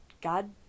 God